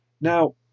Now